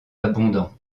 abondants